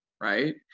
right